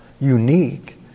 unique